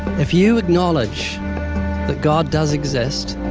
if you acknowledge that god does exist,